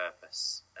purpose